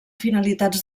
finalitats